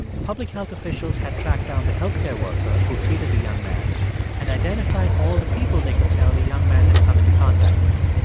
public health officials had tracked down the health care worker who treated the young man and identified all the people they could tell the young man had come into contact with.